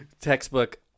textbook